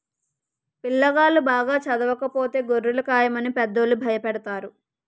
పిల్లాగాళ్ళు బాగా చదవకపోతే గొర్రెలు కాయమని పెద్దోళ్ళు భయపెడతారు